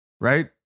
Right